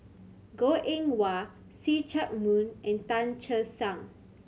Goh Eng Wah See Chak Mun and Tan Che Sang